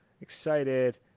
Excited